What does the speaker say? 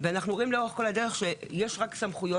ואנחנו רואים שלאורך כול הדרך יש רק סמכויות